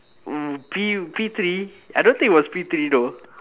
um P P three I don't think it was P three though